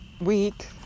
week